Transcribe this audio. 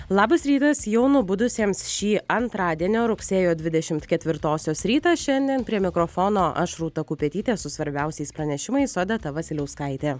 labas rytas jau nubudusiems šį antradienio rugsėjo dvidešimt ketvirtosios rytą šiandien prie mikrofono aš rūta kupetytė su svarbiausiais pranešimais odeta vasiliauskaitė